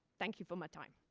thank you for my time.